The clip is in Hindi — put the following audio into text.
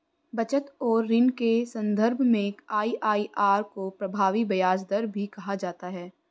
बचत और ऋण के सन्दर्भ में आई.आई.आर को प्रभावी ब्याज दर भी कहा जाता है